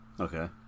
Okay